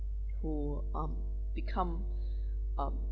who um become um